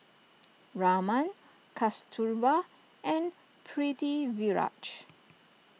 Raman Kasturba and Pritiviraj